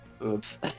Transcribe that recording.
Oops